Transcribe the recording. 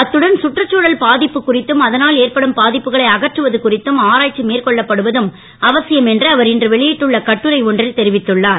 அத்துடன் கற்றுச்தழல் பாதிப்பு குறித்தும் அதனால் ஏற்படும் பாதிப்புகளை அகற்றுவது குறித்தும் ஆராய்ச்சி மேற்கொள்ளப்படுவதும் அவசியம் என்று அவர் இன்று வெளியிட்டுள்ள கட்டுரை ஒன்றில் தெரிவித்துள்ளார்